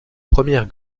première